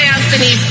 Anthony